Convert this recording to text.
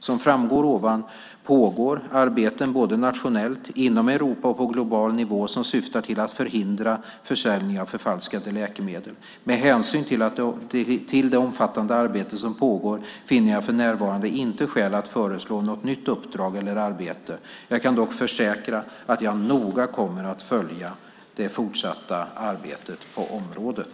Som framgår ovan pågår arbeten både nationellt, inom Europa och på global nivå som syftar till att förhindra försäljning av förfalskade läkemedel. Med hänsyn till att det omfattande arbete som pågår finner jag för närvarande inte skäl att föreslå något nytt uppdrag eller arbete. Jag kan dock försäkra att jag noga kommer att följa det fortsatta arbetet på området.